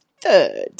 third